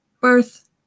birth